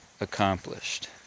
accomplished